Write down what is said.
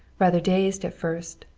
rather dazed at first,